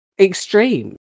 extreme